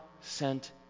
sent